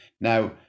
now